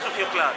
53 נגד,